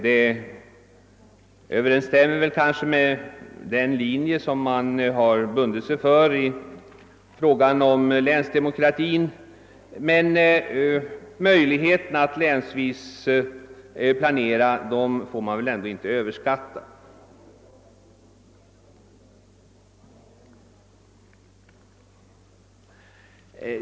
Det överensstämmer kanske med den linje i fråga om länsdemokrati, som man har bundit sig för, men vi får inte överskatta möjligheterna att planera länsvis.